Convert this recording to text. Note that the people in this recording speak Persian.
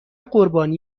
قربانی